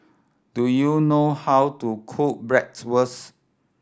do you know how to cook Bratwurst